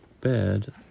bed